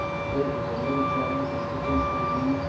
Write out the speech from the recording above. the big or the little giant, as the case may be,